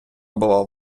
була